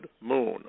moon